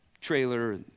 trailer